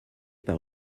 par